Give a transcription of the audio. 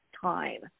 time